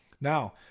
Now